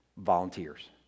Volunteers